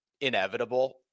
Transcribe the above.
inevitable